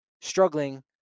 struggling